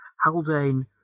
Haldane